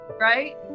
right